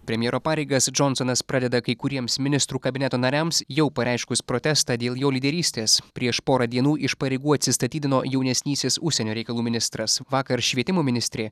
premjero pareigas džonsonas pradeda kai kuriems ministrų kabineto nariams jau pareiškus protestą dėl jo lyderystės prieš porą dienų iš pareigų atsistatydino jaunesnysis užsienio reikalų ministras vakar švietimo ministrė